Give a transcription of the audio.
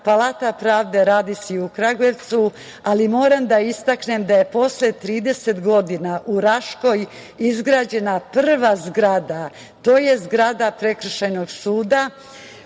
Palata pravde radi se i u Kragujevcu, ali moram da istaknem da je posle 30 godina u Raškoj izgrađena prva zgrada, a to je zgrada Prekršajnog suda